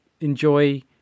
enjoy